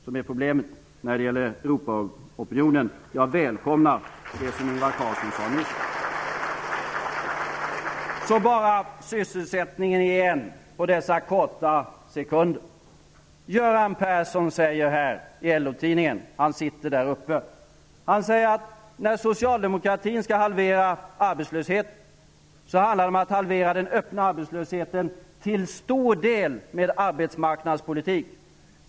Jag välkomnar det som Ingvar Carlsson sade nyss. Under de sekunder som återstår av min taletid skall jag säga något om sysselsättningen. Göran Persson, som sitter här i kammaren, har i LO-tidningen sagt att när socialdemokratin skall halvera arbetslösheten så handlar det om att halvera den öppna arbetslösheten till stor del med arbetsmarknadspolitik.